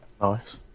Nice